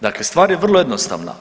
Dakle, stvar je vrlo jednostavna.